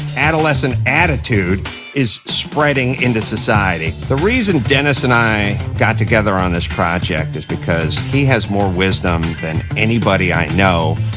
adolescent attitude is spreading into society. the reason dennis and i got together on this project is because he has more wisdom than anybody i know,